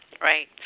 right